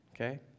okay